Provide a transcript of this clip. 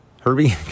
Herbie